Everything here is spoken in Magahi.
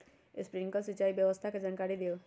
स्प्रिंकलर सिंचाई व्यवस्था के जाकारी दिऔ?